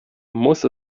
muss